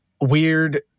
weird